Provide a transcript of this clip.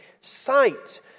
sight